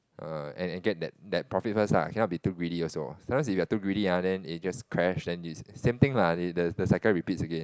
err and and get that that profit first lah cannot be too greedy also sometimes when you are too greedy ah it just crash then same things lah the the cycle repeats again